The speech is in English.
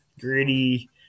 gritty